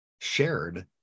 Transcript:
shared